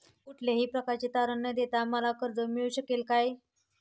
कुठल्याही प्रकारचे तारण न देता मला कर्ज मिळू शकेल काय?